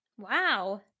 Wow